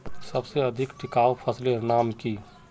सबसे अधिक टिकाऊ फसलेर नाम की?